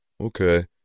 okay